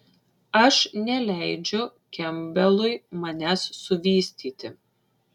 aš neleidžiu kempbelui manęs suvystyti